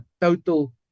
total